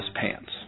pants